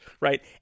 Right